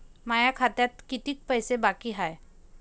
माया खात्यात कितीक पैसे बाकी हाय?